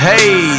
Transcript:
Hey